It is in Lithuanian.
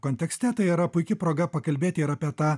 kontekste tai yra puiki proga pakalbėti ir apie tą